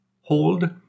hold